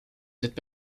cette